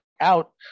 out